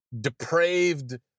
depraved